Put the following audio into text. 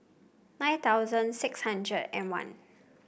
nine thousand six hundred and one